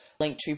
linktree